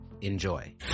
Enjoy